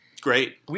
Great